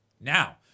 Now